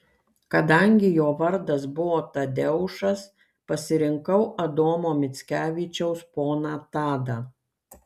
kadangi jo vardas buvo tadeušas pasirinkau adomo mickevičiaus poną tadą